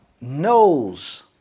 knows